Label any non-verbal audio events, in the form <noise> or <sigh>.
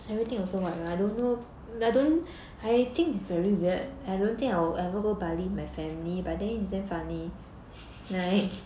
<laughs>